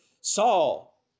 Saul